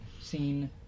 seen